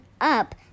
up